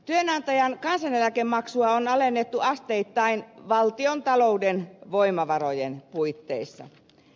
työnantajan kansaneläkemaksua on alennettu asteittain valtiontalouden voimavarojen puitteissa